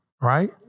Right